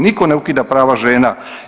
Nitko ne ukida prava žena.